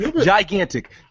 gigantic